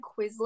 Quizlet